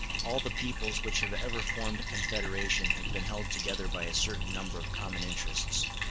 all the peoples which have ever formed a confederation have been held together by a certain number of common interests,